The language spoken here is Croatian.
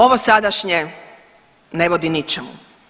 Ovo sadašnje ne vodi ničemu.